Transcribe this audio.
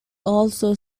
also